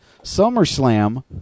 SummerSlam